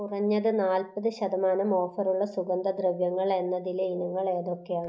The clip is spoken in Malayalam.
കുറഞ്ഞത് നാൽപ്പത് ശതമാനം ഓഫർ ഉള്ള സുഗന്ധദ്രവ്യങ്ങൾ എന്നതിലെ ഇനങ്ങൾ ഏതൊക്കെയാണ്